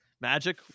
Magic